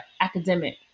academic